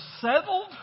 settled